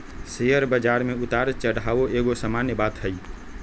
share बजार में उतार चढ़ाओ एगो सामान्य बात हइ